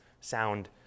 sound